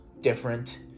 different